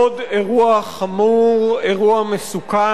תודה, עוד אירוע חמור, אירוע מסוכן,